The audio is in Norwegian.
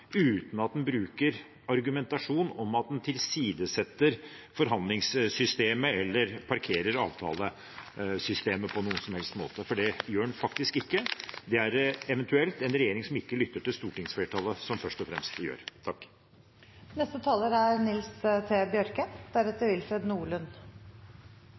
uten at en bruker argumentasjon om at en tilsidesetter forhandlingssystemet eller parkerer avtalesystemet på noen som helst måte, for det gjør en faktisk ikke. Det er det eventuelt en regjering som ikke lytter til stortingsflertallet, som først og fremst gjør. Eg trur det er